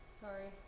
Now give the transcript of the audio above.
Sorry